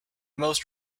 most